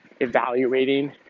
evaluating